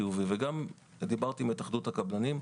גם דיברתי עם התאחדות הקבלנים.